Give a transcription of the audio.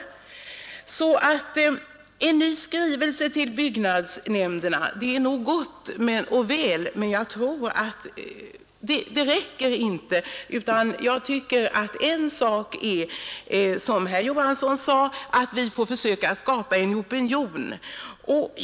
Det är gott och väl, att man nu sänder ut en ny skrivelse till byggnadsnämnderna, men jag tror alltså inte att det är tillräckligt. Vi måste dessutom, som herr Johansson sade, försöka skapa en opinion.